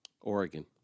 Oregon